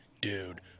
dude